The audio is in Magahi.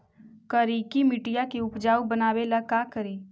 करिकी मिट्टियां के उपजाऊ बनावे ला का करी?